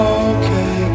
okay